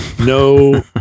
no